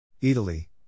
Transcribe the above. Italy